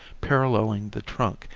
paralleling the trunk,